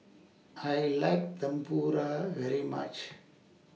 I like Tempura very much